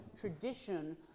tradition